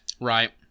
Right